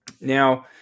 Now